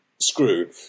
screw